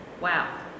Wow